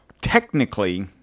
technically